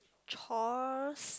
chores